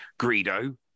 Greedo